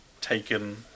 taken